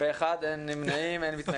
מי נגד?